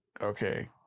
Okay